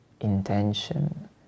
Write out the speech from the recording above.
intention